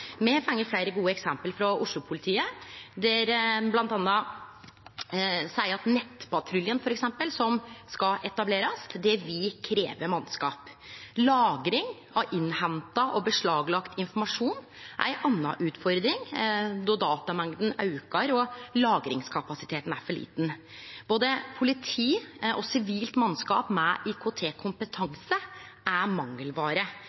Me har fått fleire gode eksempel frå Oslo-politiet, der ein bl.a. seier at nettpatruljen som skal etablerast, vil krevje mannskap. Lagring av innhenta og beslaglagd informasjon er ei anna utfordring, då datamengda aukar og lagringskapasiteten er for liten. Både politi og sivilt mannskap med IKT-kompetanse er mangelvare